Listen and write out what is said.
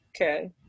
okay